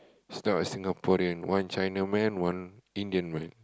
is not a Singaporean one China man one Indian Malay